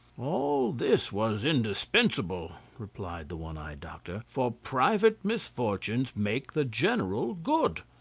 all this was indispensable, replied the one-eyed doctor, for private misfortunes make the general good,